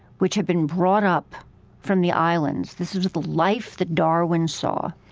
which had been brought up from the islands. this was the life that darwin saw.